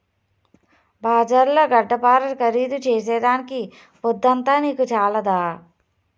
బజార్ల గడ్డపార ఖరీదు చేసేదానికి పొద్దంతా నీకు చాలదా